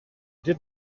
did